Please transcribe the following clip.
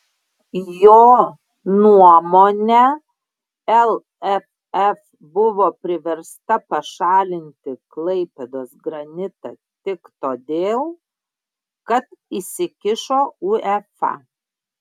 jo nuomone lff buvo priversta pašalinti klaipėdos granitą tik todėl kad įsikišo uefa